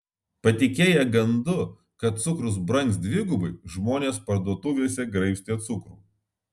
patikėję gandu kad cukrus brangs dvigubai žmonės parduotuvėse graibstė cukrų